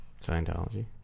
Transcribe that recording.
Scientology